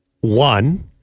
one